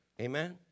Amen